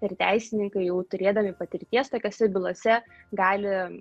ir teisininkai jau turėdami patirties tokiose bylose gali